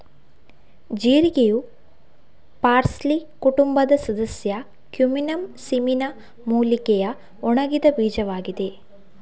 ಜೀರಿಗೆಯು parsley ಕುಟುಂಬದ ಸದಸ್ಯ cuminum cyminum ಮೂಲಿಕೆಯ ಒಣಗಿದ ಬೀಜವಾಗಿದೆ